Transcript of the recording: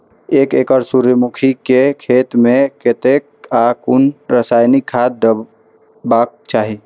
एक एकड़ सूर्यमुखी केय खेत मेय कतेक आ कुन रासायनिक खाद डलबाक चाहि?